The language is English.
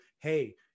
Hey